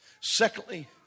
Secondly